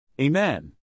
Amen